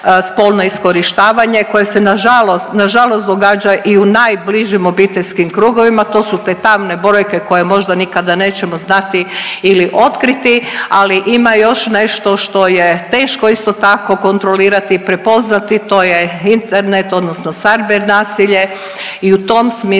nažalost, nažalost događa i u najbližim obiteljskim krugovima, to su te tamne brojke koje možda nikada nećemo znati ili otkriti, ali ima još nešto što je teško isto tako kontrolirati i prepoznati to je Internet odnosno cyber nasilje. I u tom smislu